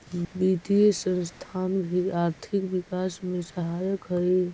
वित्तीय संस्थान भी आर्थिक विकास में सहायक हई